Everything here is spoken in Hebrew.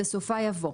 בסופה יבוא: